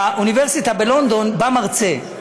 באוניברסיטה בלונדון בא מרצה,